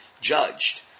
judged